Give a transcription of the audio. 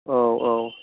औ औ